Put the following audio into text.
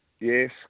Yes